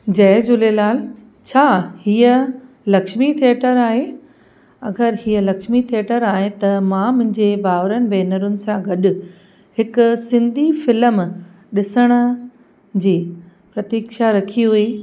जय झूलेलाल छा हीअ लक्ष्मी थिएटर आहे अगरि हीअ लक्ष्मी थिएटर आहे त मां मुंहिंजे भाउरनि भेनरुनि सां गॾु हिकु सिंधी फ़िल्म ॾिसण जी प्रतिक्षा रखी हुई